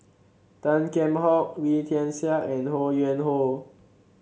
Tan Kheam Hock Wee Tian Siak and Ho Yuen Hoe